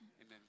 Amen